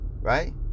right